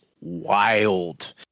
wild